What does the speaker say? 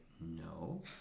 no